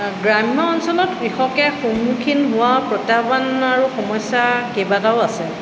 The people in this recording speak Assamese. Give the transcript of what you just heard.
গ্ৰাম্য অঞ্চলত কৃষকে সন্মুখীন হোৱা প্ৰত্যাহ্বান আৰু সমস্যা কেইবাটাও আছে